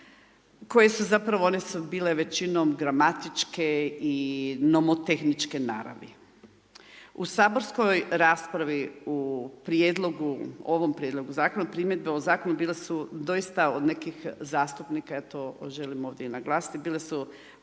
koje su zapravo, one su bile većinom gramatičke i nomotehničke naravi. U saborskoj raspravi u prijedlogu ovom prijedlogu zakona, primjedbe ovog zakona, bile su doista od nekih zastupnika, ja to želim ovdje naglasiti, bile su